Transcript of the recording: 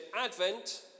Advent